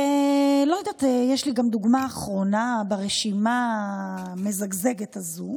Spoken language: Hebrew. יש לי גם דוגמה אחרונה ברשימה המזגזגת הזאת